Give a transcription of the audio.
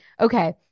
Okay